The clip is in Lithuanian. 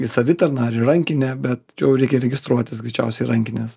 į savitarną ar į rankinę bet čia jau reikia registruotis greičiausiai rankinės